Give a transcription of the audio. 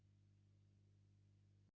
Дякую.